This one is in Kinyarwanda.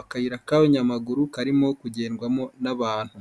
akayira k'akanyayamaguru karimo kugendwamo n'abantu.